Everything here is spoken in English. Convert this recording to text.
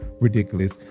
ridiculous